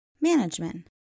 Management